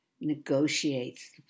negotiates